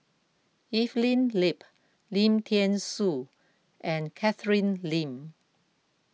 Evelyn Lip Lim thean Soo and Catherine Lim